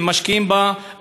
אם משקיעים בה,